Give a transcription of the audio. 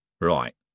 Right